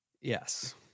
yes